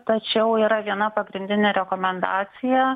tačiau yra viena pagrindinė rekomendacija